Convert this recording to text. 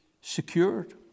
secured